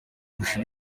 kurusha